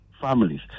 families